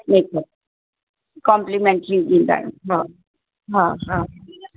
makeup complimentary ॾींदा आहियूं हा हा हा